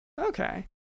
Okay